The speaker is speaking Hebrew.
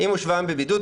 אם הוא שבועיים בבידוד,